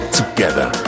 together